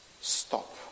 Stop